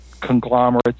conglomerates